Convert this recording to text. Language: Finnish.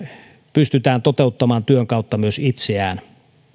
pystyy toteuttamaan myös työn kautta itseään